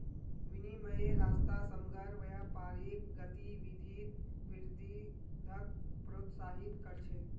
विनिमयेर रास्ता समग्र व्यापारिक गतिविधित वृद्धिक प्रोत्साहित कर छे